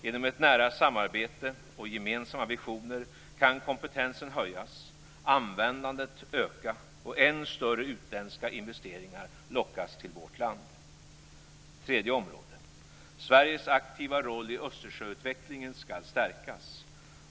Genom ett nära samarbete och gemensamma visioner kan kompetensen höjas, användandet öka och än större utländska investeringar lockas till Sverige. · Sveriges aktiva roll i Östersjöutvecklingen skall stärkas.